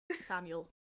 Samuel